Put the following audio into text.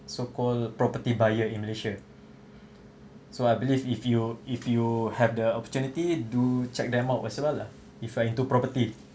so called property buyer in malaysia so I believe if you if you have the opportunity do check them out what so what lah if I'm into property